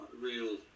real